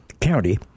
county